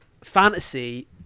fantasy